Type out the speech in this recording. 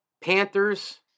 Panthers